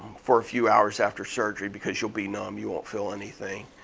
for a few hours after surgery, because you'll be numb, you won't feel anything.